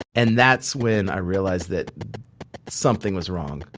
and that's when i realized that something was wrong.